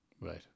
Right